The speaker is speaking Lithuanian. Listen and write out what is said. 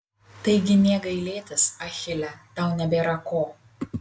taigi nė gailėtis achile tau nebėra ko